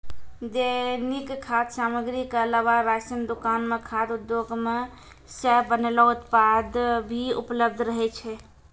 दैनिक खाद्य सामग्री क अलावा राशन दुकान म खाद्य उद्योग सें बनलो उत्पाद भी उपलब्ध रहै छै